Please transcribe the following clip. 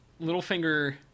Littlefinger